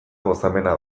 gozamena